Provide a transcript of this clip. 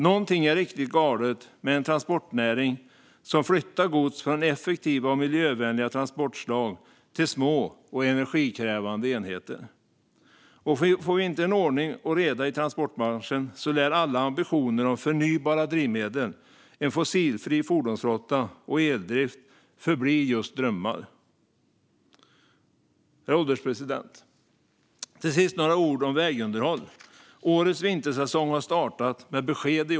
Någonting är riktigt galet med en transportnäring som flyttar gods från effektiva och miljövänliga transportslag till små och energikrävande enheter. Får vi inte ordning och reda i transportbranschen lär alla ambitioner om förnybara drivmedel, en fossilfri fordonsflotta och eldrift förbli just drömmar. Herr ålderspresident! Till sist vill jag säga några ord om vägunderhåll. Årets vintersäsong har startat med besked.